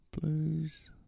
Blues